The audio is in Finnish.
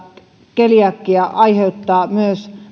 keliakia myös